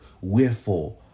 Wherefore